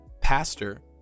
pastor